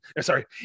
Sorry